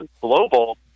global